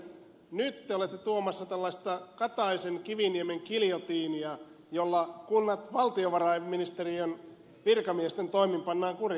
nyt te olette tuomassa tällaista kataisenkiviniemen giljotiinia jolla kunnat valtiovarainministeriön virkamiesten toimin pannaan kuriin